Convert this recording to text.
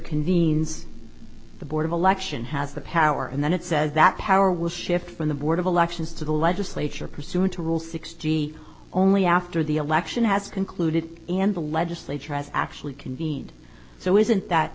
convenes the board of election has the power and then it says that power will shift from the board of elections to the legislature pursuant to rule sixteen only after the election has concluded and the legislature has actually convened so isn't that